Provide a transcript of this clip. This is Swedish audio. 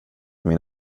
min